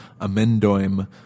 Amendoim